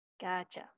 Gotcha